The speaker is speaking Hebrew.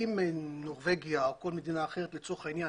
אם נורבגיה או כל מדינה אחרת לצורך העניין